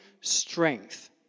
strength